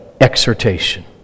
exhortation